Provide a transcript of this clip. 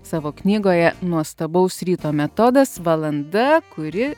savo knygoje nuostabaus ryto metodas valanda kuri